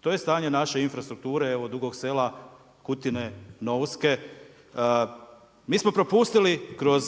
To je stanje naše infrastrukture, evo Dugog Sela, Kutine, Novske. Mi smo propustili kroz